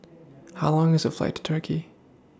How Long IS The Flight to Turkey